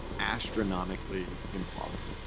astronomically implausible.